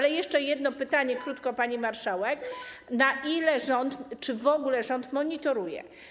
Jeszcze jedno pytanie, krótko, pani marszałek: Na ile rząd, czy w ogóle rząd to monitoruje?